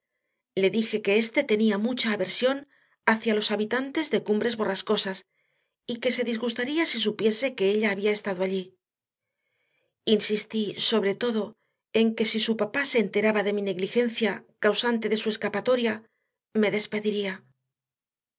le dije que éste tenía mucha aversión hacia los habitantes de cumbres borrascosas y que se disgustaría si supiese que ella había estado allí insistí sobre todo en que si su papá se enteraba de mi negligencia causante de su escapatoria me despediría